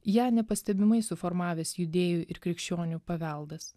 ją nepastebimai suformavęs judėjų ir krikščionių paveldas